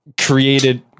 created